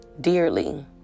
dearly